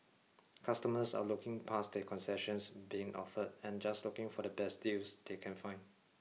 customers are looking past the concessions being offered and just looking for the best deals they can find